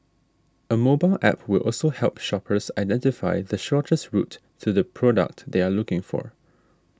a mobile App will also help shoppers identify the shortest route to the product they are looking for